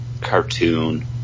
cartoon